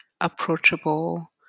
approachable